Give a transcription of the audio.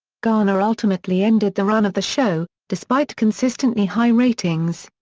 garner ultimately ended the run of the show, despite consistently high ratings,